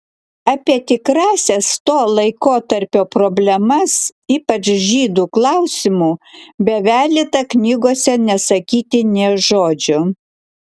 apie tikrąsias to laikotarpio problemas ypač žydų klausimu bevelyta knygose nesakyti nė žodžio